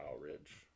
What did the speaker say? ridge